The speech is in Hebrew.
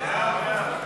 קבוצת סיעת יהדות התורה,